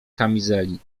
kamizeli